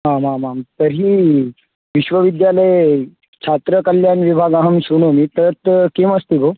आमामां तर्हि विश्वविद्यालये छात्रकल्याणं विभागः शृणोमि तात् किमस्ति भो